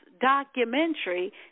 documentary